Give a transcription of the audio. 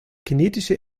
kinetische